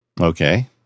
Okay